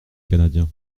canadien